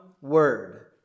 word